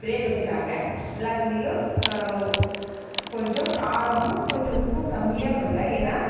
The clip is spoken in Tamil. ப்ரே பண்ணித்தாங்க எல்லாத்துலேயும் கொஞ்சம் காரம் கொஞ்சம் உப்பும் கம்மியாக கொடுங்க ஏன்னால்